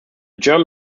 german